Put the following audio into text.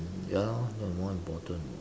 ya lah that one more important [what]